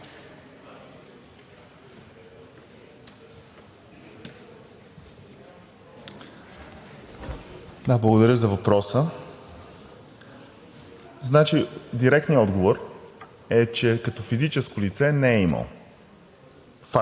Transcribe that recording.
благодаря за въпроса. Директният отговор е, че като физическо лице не е имал. Факт.